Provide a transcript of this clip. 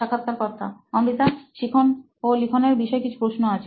সাক্ষাৎকারকর্তা অমৃতা শিখন ও লিখনের বিষয় কিছু প্রশ্ন আছে